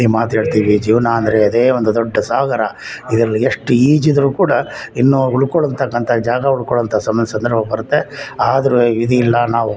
ಈ ಮಾತು ಹೇಳ್ತೀವಿ ಜೀವನ ಅಂದರೆ ಅದೇ ಒಂದು ದೊಡ್ಡ ಸಾಗರ ಇದರಲ್ಲಿ ಎಷ್ಟು ಈಜಿದರು ಕೂಡ ಇನ್ನೂ ಉಳ್ಕೊಳ್ಳೊ ಅಂತಕ್ಕಂಥ ಜಾಗ ಉಳ್ಕೊಳ್ಳುವಂಥ ಸಮಯ ಸಂದರ್ಭ ಬರುತ್ತೆ ಆದ್ರೂ ವಿಧಿಯಿಲ್ಲ ನಾವು